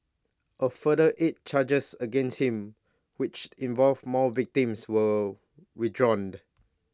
A further eight charges against him which involved more victims were withdrawn end